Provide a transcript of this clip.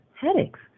headaches